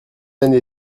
année